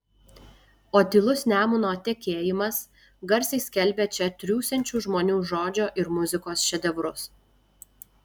o tylus nemuno tekėjimas garsiai skelbia čia triūsiančių žmonių žodžio ir muzikos šedevrus